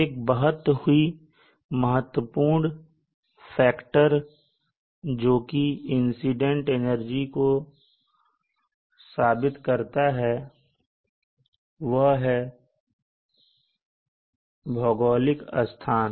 एक बहुत ही महत्वपूर्ण कारक जोकि इंसिडेंट एनर्जी को साबित करता है वह है भौगोलिक स्थान